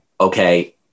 okay